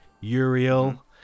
Uriel